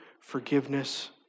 forgiveness